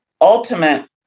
ultimate